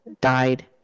died